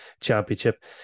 Championship